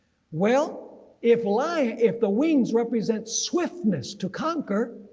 well if lion if the wings represent swiftness to conquer,